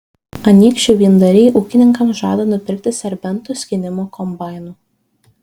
anykščių vyndariai ūkininkams žada nupirkti serbentų skynimo kombainų